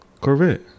Corvette